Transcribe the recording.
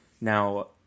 Now